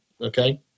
Okay